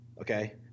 okay